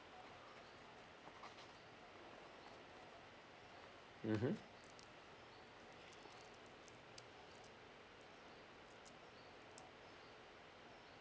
mmhmm